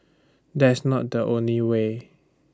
that's not the only way